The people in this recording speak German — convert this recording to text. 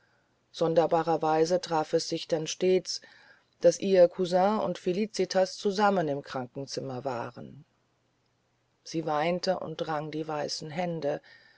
sonderbarerweise traf es sich dann stets daß ihr kousin und felicitas zusammen im krankenzimmer waren sie weinte und rang die weißen hände